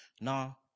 Now